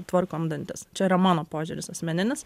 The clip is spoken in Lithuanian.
tvarkom dantis čia yra mano požiūris asmeninis